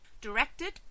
directed